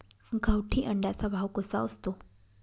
गावठी अंड्याचा भाव कसा असतो?